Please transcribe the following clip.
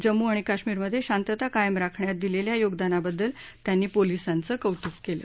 जम्मू आणि कश्मीरमधे शांतता कायम राखण्यात दिलेल्या योगदानाबद्दल त्यांनी पोलीसांचं कौतुक केलं